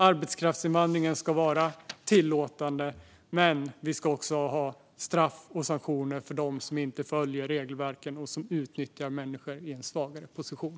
Arbetskraftsinvandringen ska vara tillåtande, men vi ska också ha straff och sanktioner för dem som inte följer regelverken och som utnyttjar människor i en svagare position.